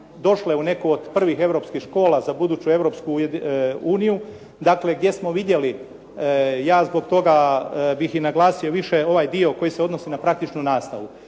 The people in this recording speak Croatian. došle u neku od prvih europskih škola za buduću Europsku uniju, dakle gdje smo vidjeli, ja zbog toga bih i naglasio više ovaj dio koji se odnosi na praktičnu nastavu.